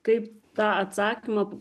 kaip tą atsakymą